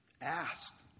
ask